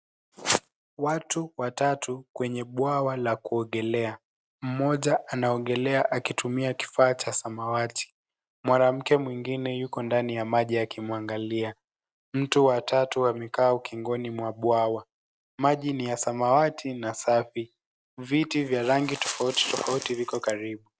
Watu watatu kwenye bwawa la kuogelea. Mmoja anaogelea akutumia kifaa cha samawati. Mwanamke mwingine yuko ndani ya maji akimwangalia. Mtu wa tatu amekaa ukingoni mwa bwawa. Maji ni ya samawati na safi. Viti vya rangi tofauti tofauti viko karibu.